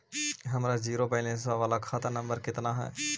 हमर zero balance बाला खाता नम्बर कितना है?